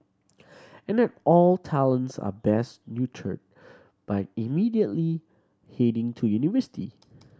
and not all talents are best nurtured by immediately heading to university